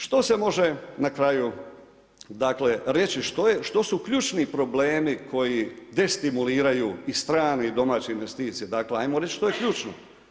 Što se može na kraju dakle reći što su ključni problemi koji destimuliraju i strane i domaće investicije, dakle ajmo reći što je ključno.